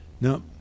No